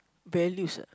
values ah